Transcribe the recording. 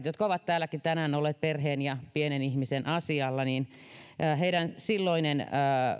jotka ovat tänäänkin täällä olleet perheen ja pienen ihmisen asialla silloinen